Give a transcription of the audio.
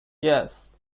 yes